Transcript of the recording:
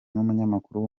n’umunyamakuru